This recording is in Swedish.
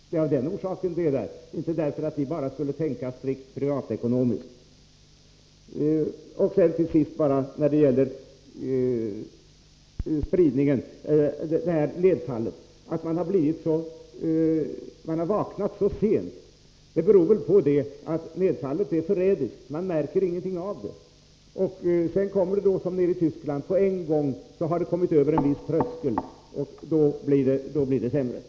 Det är inte så att vi bara tänker strikt privatekonomiskt. När det gäller nedfallet sägs det att man har vaknat sent. Det beror väl i så fall på att nedfallet är så förrädiskt. Man märker först ingenting av det. Så går det såsom i Tyskland, där nedfallet på en gång sedan det har nått över en viss tröskel verkligen blir allvarligt.